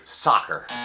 Soccer